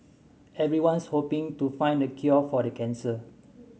everyone's hoping to find the cure for the cancer